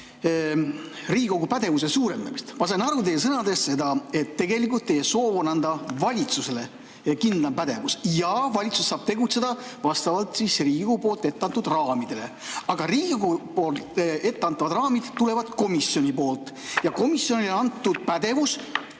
Riigikogu pädevuse suurendamist. Ma sain teie sõnadest aru, et tegelikult teie soov on anda valitsusele kindlam pädevus ja valitsus saab tegutseda vastavalt Riigikogu etteantud raamidele. Aga Riigikogu poolt etteantavad raamid tulevad komisjonist ja komisjonile antud pädevus,